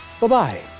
Bye-bye